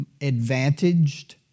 advantaged